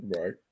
right